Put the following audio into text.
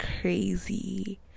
crazy